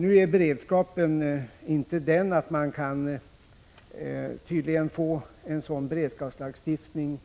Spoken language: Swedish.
Nu är läget tydligen inte sådant att man kan få en sådan beredskapslagstiftning